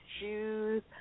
shoes